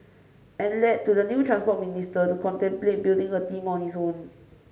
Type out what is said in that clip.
and led to the new Transport Minister to contemplate building a team on his own